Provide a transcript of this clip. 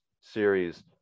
series